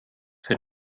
für